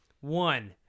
One